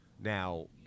now